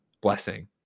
blessing